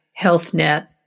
HealthNet